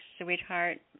sweetheart